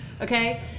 Okay